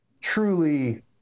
truly